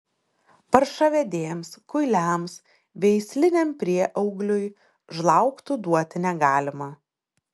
paršavedėms kuiliams veisliniam prieaugliui žlaugtų duoti negalima